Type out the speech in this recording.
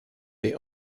they